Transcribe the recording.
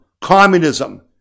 communism